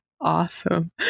Awesome